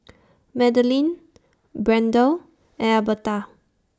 Madalyn Brande Alberta